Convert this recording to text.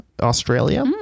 Australia